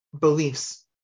beliefs